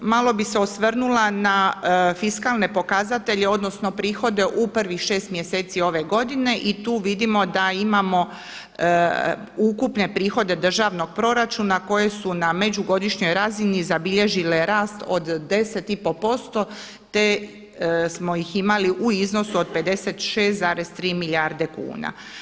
Malo bih se osvrnula na fiskalne pokazatelje, odnosno prihode u prvih šest mjeseci ove godine i tu vidimo da imamo ukupne prihode državnog proračuna koje su na među godišnjoj razini zabilježile rast od 10 i pol posto, te smo ih imali u iznosu od 56,3 milijarde kuna.